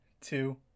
two